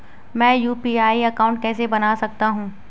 मैं UPI account कैसे बना सकता हूं?